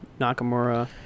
Nakamura